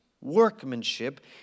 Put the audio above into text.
workmanship